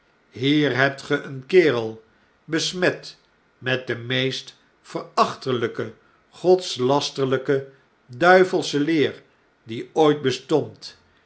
hier hebt ge een kerel besmet met de meest verachteljjke godslasterlijke duivelsche leer die ooit bestond